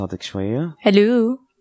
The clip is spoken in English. Hello